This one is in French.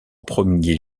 premier